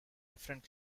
different